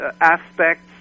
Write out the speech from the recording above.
aspects